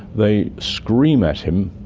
they scream at him,